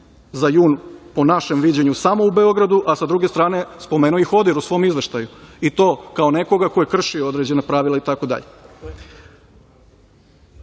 za jun, po našem viđenju, samo u Beogradu, a sa druge strane, spomenuo ih ODIHR u svom izveštaju i to kao nekoga ko je kršio određena pravila i tako dalje. Što